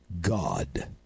God